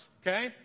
Okay